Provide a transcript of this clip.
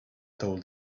told